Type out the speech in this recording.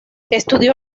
estudió